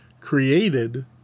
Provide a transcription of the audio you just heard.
created